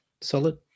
Solid